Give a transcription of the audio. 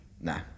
Nah